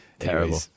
Terrible